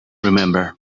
remember